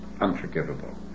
unforgivable